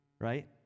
right